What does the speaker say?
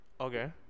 Okay